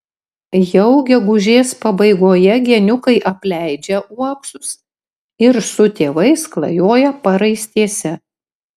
jau gegužės pabaigoje geniukai apleidžia uoksus ir su tėvais klajoja paraistėse